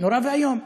נורא ואיום.